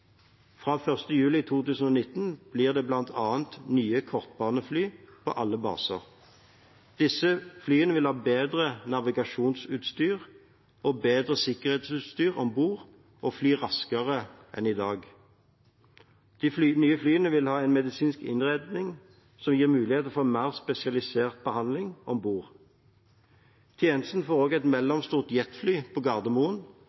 Fra 1. juli 2019 blir det bl.a. nye kortbanefly på alle baser. Disse flyene vil ha bedre navigasjonsutstyr og bedre sikkerhetsutstyr om bord og vil fly raskere enn i dag. De nye flyene vil ha en medisinsk innredning som gir muligheter for mer spesialisert behandling ombord. Tjenesten får også et mellomstort jetfly på Gardermoen,